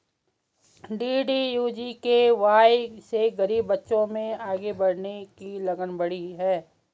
DDU GKY से गरीब बच्चों में आगे बढ़ने की लगन बढ़ी है